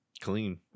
clean